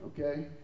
Okay